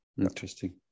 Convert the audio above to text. Interesting